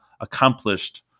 accomplished